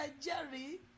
Jerry